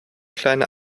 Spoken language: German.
kleine